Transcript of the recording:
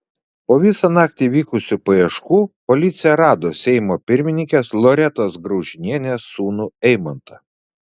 po visą naktį vykusių paieškų policija rado seimo pirmininkės loretos graužinienės sūnų eimantą